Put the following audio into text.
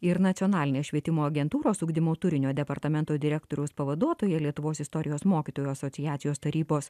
ir nacionalinės švietimo agentūros ugdymo turinio departamento direktoriaus pavaduotoja lietuvos istorijos mokytojų asociacijos tarybos